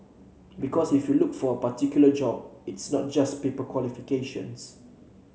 because if you look at a particular job it's not just paper qualifications